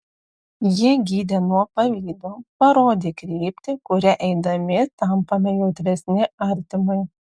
jie gydė nuo pavydo parodė kryptį kuria eidami tampame jautresni artimui